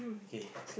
okay